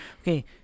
Okay